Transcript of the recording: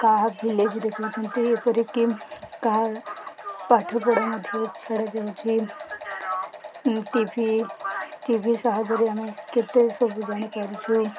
କାହା ଭିଲେଜ୍ ଦେଖଉଛନ୍ତି ଏପରିକି କାହା ପାଠପଢ଼ା ମଧ୍ୟ ଛଡ଼ାଯାଉଛି ଟି ଭି ଟି ଭି ସାହାଯ୍ୟରେ ଆମେ କେତେ ସବୁ ଜାଣିପାରୁଛୁ